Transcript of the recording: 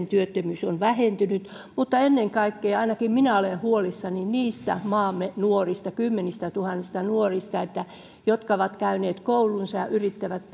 työttömyys on vähentynyt mutta ainakin minä olen huolissani ennen kaikkea niistä maamme kymmenistätuhansista nuorista jotka ovat käyneet koulunsa ja ja yrittävät